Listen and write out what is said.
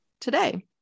today